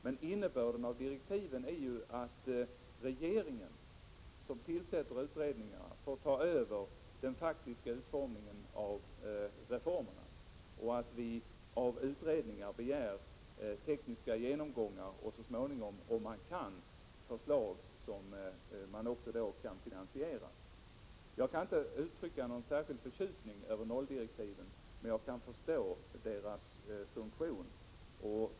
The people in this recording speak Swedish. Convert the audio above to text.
Men innebörden av direktiven är att regeringen, som tillsätter utredningar, får ta över den faktiska utformningen av reformerna. Av utredningarna skall vi begära tekniska utredningar och så småningom förslag vilkas genomförande kan finansieras. Jag vill inte uttrycka någon särskild förtjusning över nolldirektiven, men jag kan förstå deras funktion.